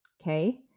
okay